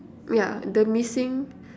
yeah the missing